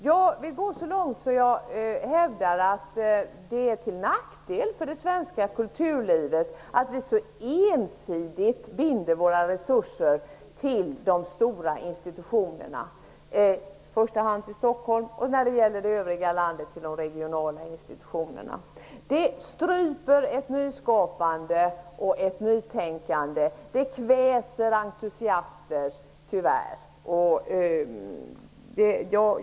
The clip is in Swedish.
Jag vill gå så långt att jag hävdar att det är till nackdel för det svenska kulturlivet att vi så ensidigt binder våra resurser till de stora institutionerna, i första hand till Stockholm och när det gäller det övriga landet till de regionala institutionerna. Det stryper ett nyskapande och ett nytänkande. Det kväser entusiasmen, tyvärr.